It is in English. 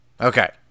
Okay